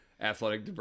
athletic